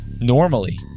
normally